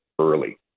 early